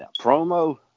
promo